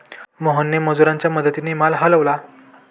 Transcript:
मोहनने मजुरांच्या मदतीने माल हलवला